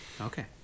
Okay